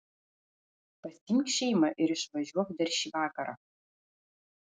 pasiimk šeimą ir išvažiuok dar šį vakarą